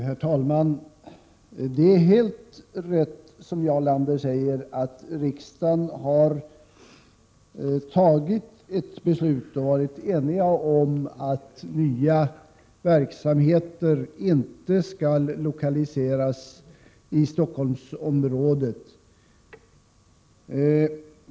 Herr talman! Det är helt riktigt som Jarl Lander säger, att riksdagen har varit enig om att nya verksamheter inte skall lokaliseras till Stockholmsområdet.